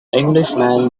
englishman